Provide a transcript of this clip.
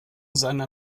seiner